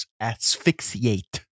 asphyxiate